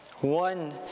One